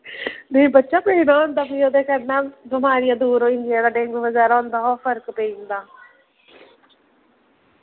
नेईं बच्चा पीना होंदा केह् ओह् करना होंदा बमारियां दूर होई जंदियां डेंगू बगैरा होंदा ओह् फर्क पेई जंदा